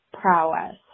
prowess